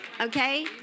Okay